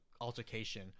altercation